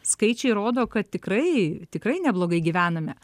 skaičiai rodo kad tikrai tikrai neblogai gyvename